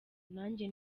nanjye